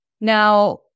Now